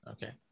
Okay